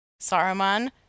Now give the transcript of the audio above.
saruman